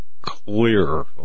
clear